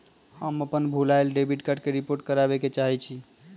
हम अपन भूलायल डेबिट कार्ड के रिपोर्ट करावे के चाहई छी